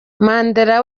mandla